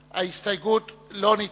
אני קובע שההסתייגות לסעיף 15 לא נתקבלה.